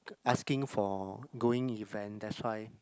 asking for going event that's why